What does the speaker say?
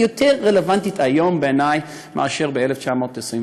היא יותר רלוונטית היום, בעיני, מאשר ב-1929.